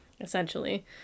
Essentially